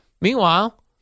Meanwhile